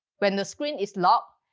when the screen is locked,